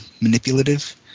manipulative